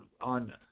on